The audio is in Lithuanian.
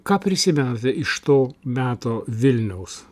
ką prisimenate iš to meto vilniaus